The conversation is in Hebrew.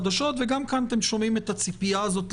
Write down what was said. אחרים וגם פוטנציאל ההדבקה שלהם יותר גבוה.